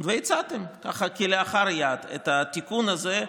והצעתם כלאחר יד את התיקון הזה,